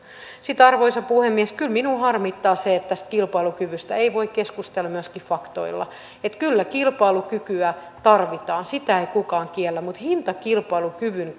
arvoisa puhemies kyllä minua harmittaa se että tästä kilpailukyvystä ei voi keskustella myöskään faktoilla kyllä kilpailukykyä tarvitaan sitä ei kukaan kiellä mutta hintakilpailukyvyn